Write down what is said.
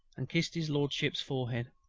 and kissed his lordship's forehead.